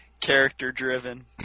character-driven